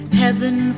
heaven